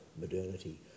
modernity